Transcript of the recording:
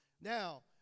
Now